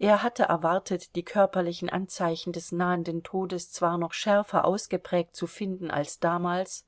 er hatte erwartet die körperlichen anzeichen des nahenden todes zwar noch schärfer ausgeprägt zu finden als damals